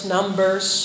Numbers